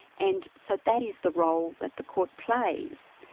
and so that is the role that the court plays,